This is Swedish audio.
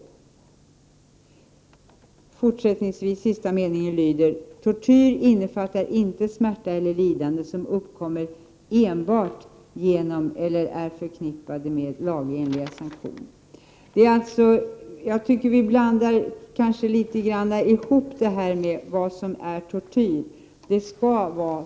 Vidare: ”Tortyr innefattar inte smärta eller lidande som uppkommer enbart genom eller är förknippade med lagenliga sanktioner.” Jag tycker att man ibland inte har riktigt klart för sig vad som är tortyr.